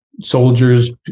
soldiers